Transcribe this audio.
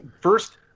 First